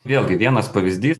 vėlgi vienas pavyzdys